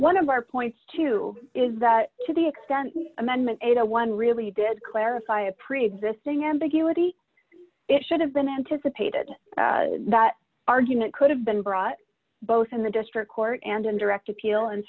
one of our points to is that to the extent an amendment a to one really did clarify a preexisting ambiguity it should have been anticipated that argument could have been brought both in the district court and in direct appeal and